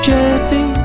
Jeffy